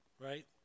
right